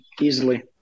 easily